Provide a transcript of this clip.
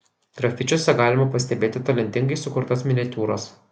grafičiuose galima pastebėti talentingai sukurtas miniatiūras